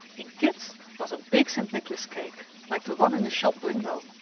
in kit's was a big st. nicholas cake, like the one in the shop window!